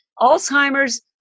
Alzheimer's